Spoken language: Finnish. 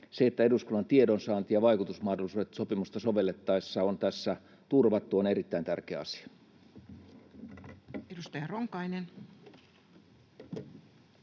se, että eduskunnan tiedonsaanti- ja vaikutusmahdollisuudet sopimusta sovellettaessa on tässä turvattu, on erittäin tärkeä asia. [Speech